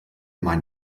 mein